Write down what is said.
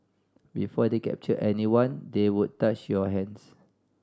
before they captured anyone they would touch your hands